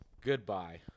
goodbye